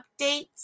updates